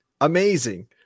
Amazing